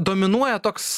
dominuoja toks